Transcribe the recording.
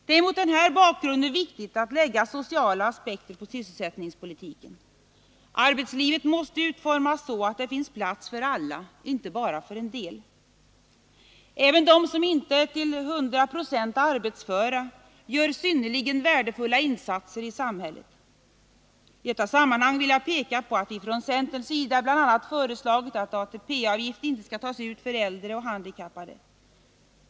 Det är mot denna bakgrund viktigt att lägga sociala aspekter på sysselsättningspolitiken. Arbetslivet måste utformas så att det finns plats för alla, inte bara för en del. Även de som inte är till 100 procent arbetsföra gör synnerligen värdefulla insatser i samhället. I detta sammanhang vill jag peka på att vi från centerns sida bl.a. föreslagit att ATP-avgift inte skall tas ut för äldre och handikappade.